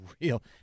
real –